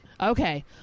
Okay